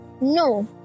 No